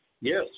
Yes